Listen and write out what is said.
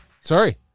sorry